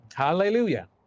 Hallelujah